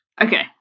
Okay